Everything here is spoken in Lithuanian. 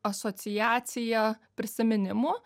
asociacija prisiminimų